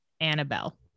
Annabelle